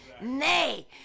Nay